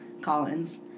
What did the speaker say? Collins